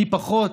מי פחות,